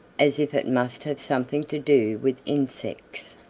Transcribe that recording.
as if it must have something to do with insects.